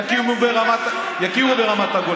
יכירו ברמת הגולן,